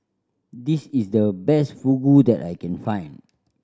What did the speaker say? this is the best Fugu that I can find